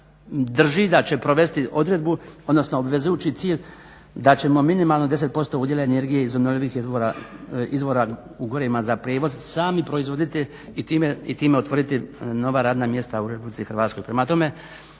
drži da će provesti odredbu, odnosno obvezujući cilj da ćemo minimalno 10% udjela energije iz obnovljivih izvora …/Govornik se ne razumije./… sami proizvoditi i time otvoriti nova radna mjesta u RH. Prema tome,